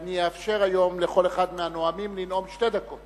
ואני אאפשר היום לכל אחד מהנואמים לנאום שתי דקות.